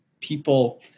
people